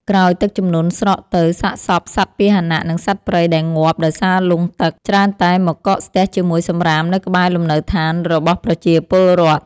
ក្រោយទឹកជំនន់ស្រកទៅ សាកសពសត្វពាហនៈ និងសត្វព្រៃដែលងាប់ដោយសារលង់ទឹក ច្រើនតែមកកកស្ទះជាមួយសម្រាមនៅក្បែរលំនៅឋានរបស់ប្រជាពលរដ្ឋ។